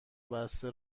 بسته